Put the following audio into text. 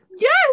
Yes